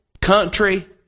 country